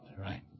right